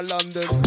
London